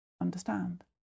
understand